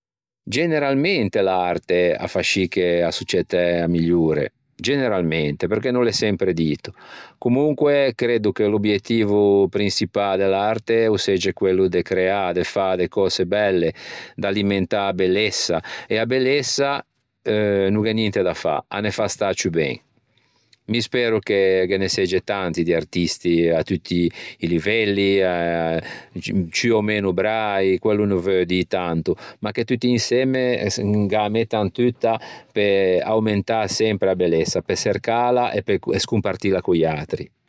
Generalmente l'arte a fa scì che a societæ a migliore. Generalmente, perché no l'é sempre dito. Comonque creddo che l'obiettivo prinçipâ de l'arte o segge quello de creâ, de fâ de cöse belle, d'alimentâ a bellessa e a bellessa eh no gh'é ninte da fâ, a ne fa stâ ciù ben. Mi spero che ghe ne segge tanti di artisti a tutti i livelli eh ciù o meno brai quello o no veu dî tanto, ma che tutti insemme gh'â mettan tutta pe aumentâ sempre a bellessa, pe aumentala e scompartîla co-i atri.